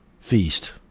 feast